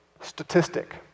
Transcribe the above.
statistic